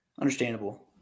Understandable